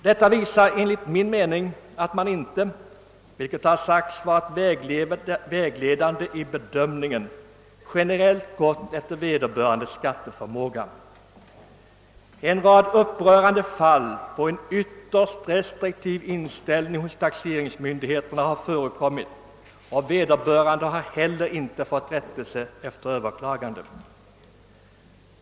Detta visar enligt min mening att man inte — vilket har sagts vara vägledande vid bedömningen — generellt gått efter vederbörandes skatteförmåga. En rad upprörande fall som visar att inställningen hos vissa taxeringsmyndigheter varit ytterst restriktiv har förekommit, och vederbörande har heller inte fått rättelse efter överklagande.